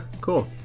cool